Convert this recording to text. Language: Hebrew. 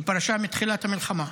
היא פרשה מתחילת המלחמה.